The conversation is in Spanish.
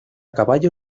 caballo